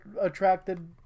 attracted